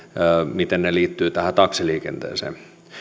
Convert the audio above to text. miten ne liittyvät tähän taksiliikenteeseen